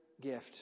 gift